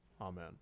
Amen